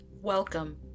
Welcome